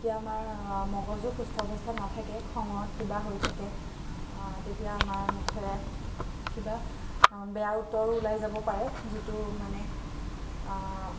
তেতিয়া আমাৰ মগজু সুস্থ অৱস্থাত নাথাকে খঙত কিবা হৈ থাকে তেতিয়া আমাৰ মুখেৰে কিবা বেয়া উত্তৰো ওলাই যাব পাৰে যিটো মানে